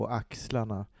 axlarna